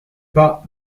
pas